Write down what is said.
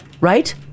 Right